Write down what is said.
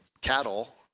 cattle